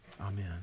Amen